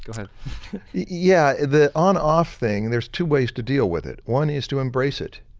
kind of yeah, the on off thing, there's two ways to deal with it one is to embrace it.